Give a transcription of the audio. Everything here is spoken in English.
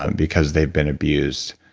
um because they've been abused.